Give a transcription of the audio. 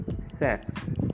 sex